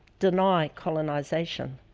deny colonization,